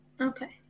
Okay